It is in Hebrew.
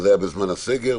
זה היה בזמן הסגר,